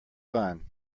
fun